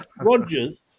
Rogers